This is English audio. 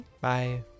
Bye